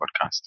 podcast